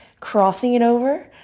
crossing it over.